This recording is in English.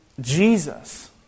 Jesus